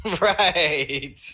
Right